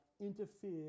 interfere